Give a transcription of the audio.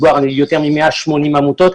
יותר מ-180 עמותות,